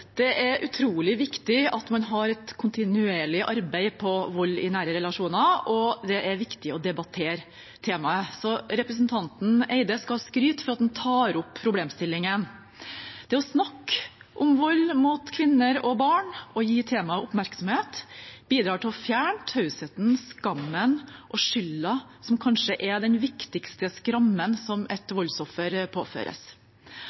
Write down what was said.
utrolig viktig at man har et kontinuerlig arbeid mot vold i nære relasjoner, og det er viktig å debattere temaet. Representanten Eide skal ha skryt for at han tar opp problemstillingen. Det å snakke om vold mot kvinner og barn og gi temaet oppmerksomhet bidrar til å fjerne tausheten, skammen og skylden, som kanskje er den viktigste skrammen et